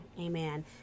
amen